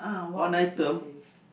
one item